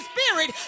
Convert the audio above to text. Spirit